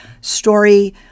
story